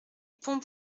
pont